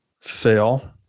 fail